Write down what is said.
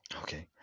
okay